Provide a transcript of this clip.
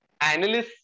analysts